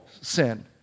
sin